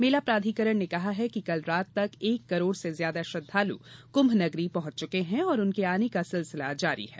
मेला प्राधिकरण ने कहा है कि कल रात तक एक करोड़ से ज्यादा श्रद्वालु कुंभ नगरी पहुंच चुके हैं और उनके आने का सिलसिला जारी है